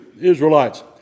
Israelites